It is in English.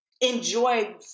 enjoy